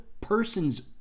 person's